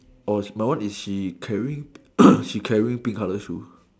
orh my one is she's carrying she's carrying pink colour shoes